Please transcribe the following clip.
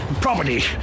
property